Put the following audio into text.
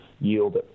yield